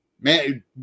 man